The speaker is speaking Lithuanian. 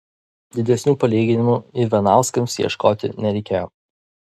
didesnių palyginimų ivanauskams ieškoti nereikėjo